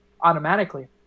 automatically